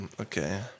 Okay